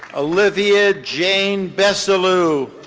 olivia jane besilou.